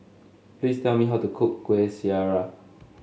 please tell me how to cook Kueh Syara